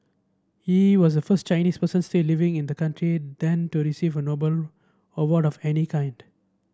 he was the first Chinese person still living in the country then to receive a Nobel award of any kind